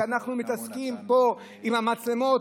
כשאנחנו מתעסקים פה עם המצלמות,